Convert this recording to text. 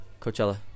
Coachella